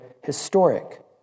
historic